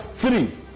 three